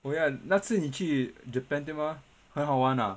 oh ya 那次你去 japan 对吗很好玩 ah